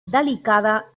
delicada